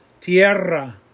tierra